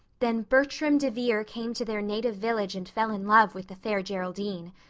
then bertram devere came to their native village and fell in love with the fair geraldine.